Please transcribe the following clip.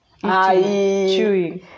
chewing